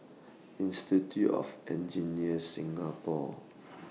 Institute of Engineers Singapore